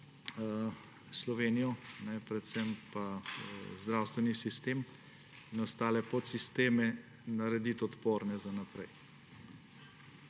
Slovenijo, predvsem pa zdravstveni sistem in ostale podsisteme, narediti odporne za naprej.